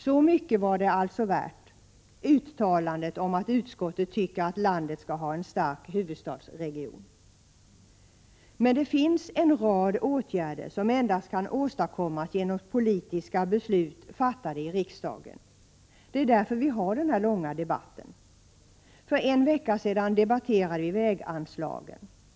Så mycket var alltså uttalandet om att utskottet tycker att landet skall ha en stark huvudstadsregion värt! Men det finns en rad åtgärder som endast kan åstadkommas genom politiska beslut fattade i riksdagen. Det är därför vi har den här långa debatten. För en vecka sedan debatterade vi väganslagen.